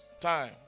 time